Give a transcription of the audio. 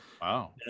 Wow